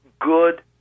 good